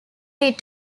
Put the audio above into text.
lead